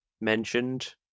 mentioned